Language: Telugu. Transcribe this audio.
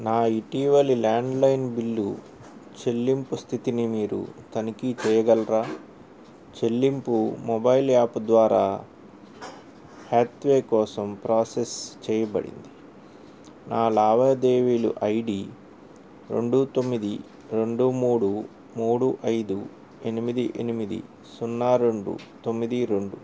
నా ఇటీవలి ల్యాండ్లైన్ బిల్లు చెల్లింపు స్థితిని మీరు తనిఖీ చేయగలరా చెల్లింపు మొబైల్ యాప్ ద్వారా హాత్వే కోసం ప్రోసెస్ చేయబడింది నా లావాదేవీలు ఐ డీ రెండు తొమ్మిది రెండు మూడు మూడు ఐదు ఎనిమిది ఎనిమిది సున్నా రెండు తొమ్మిది రెండు